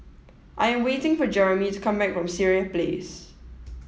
I am waiting for Jeromy to come back from Sireh Place